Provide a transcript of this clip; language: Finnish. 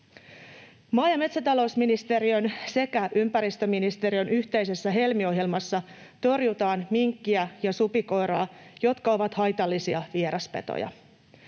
Maa‑ ja metsätalousministeriön sekä ympäristöministeriön yhteisessä Helmi-ohjelmassa torjutaan minkkiä ja supikoiraa, jotka ovat haitallisia vieraspetoja.